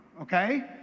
Okay